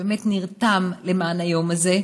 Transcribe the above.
שנרתם למען היום הזה,